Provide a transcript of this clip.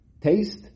taste